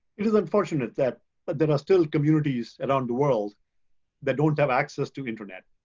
is unfortunate that, but there are still communities around the world that don't have access to internet.